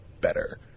better